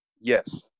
Yes